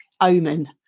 omen